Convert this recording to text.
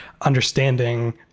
understanding